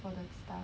for the stuff